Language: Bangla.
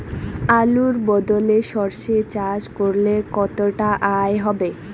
আলুর বদলে সরষে চাষ করলে কতটা আয় হবে?